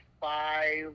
five